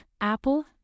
Apple